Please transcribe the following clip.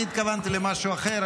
אני התכוונתי למשהו אחר.